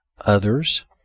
others